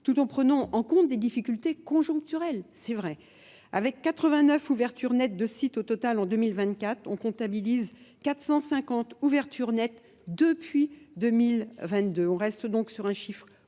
tout en prenant en compte des difficultés conjoncturelles. C'est vrai. Avec 89 ouvertures nettes de sites au total en 2024, on comptabilise 450 ouvertures nettes depuis 2022. On reste donc sur un chiffre